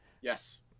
Yes